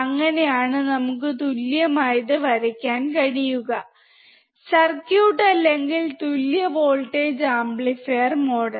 അങ്ങനെയാണ് നമുക്ക് തുല്യമായത് വരയ്ക്കാൻ കഴിയുക സർക്യൂട്ട് അല്ലെങ്കിൽ തുല്യ വോൾട്ടേജ് ആംപ്ലിഫയർ മോഡൽ